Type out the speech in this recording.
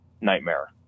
nightmare